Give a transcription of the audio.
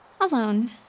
Alone